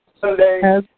Sunday